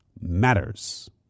matters